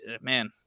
man